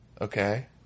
Okay